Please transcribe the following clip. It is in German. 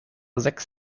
sechs